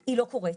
היא לא קוראת,